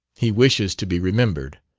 he wishes to be remembered.